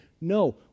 No